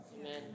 Amen